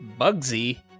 Bugsy